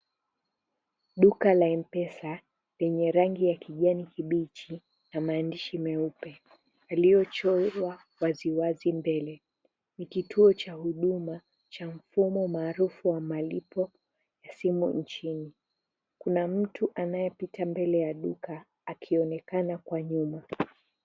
Duka la M-pesa lenye rangi ya kijani kibichi na maandishi meupe yaliyochorwa waziwazi mbele. Ni kituo cha huduma cha mfumo maarufu wa malipo ya simu nchini. Kuna mtu anayepita mbele ya duka akionekana kwa nyuma.